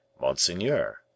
Monseigneur